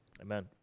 Amen